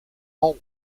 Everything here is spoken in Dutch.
mond